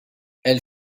elle